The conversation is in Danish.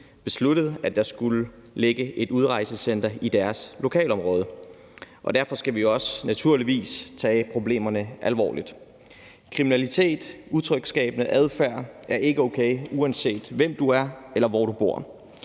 besluttede, at der skulle ligge et udrejsecenter i deres lokalområde. Derfor skal vi naturligvis også tage problemerne alvorligt. Kriminalitet og utryghedsskabende adfærd er ikke okay, uanset hvem du er, eller hvor du bor.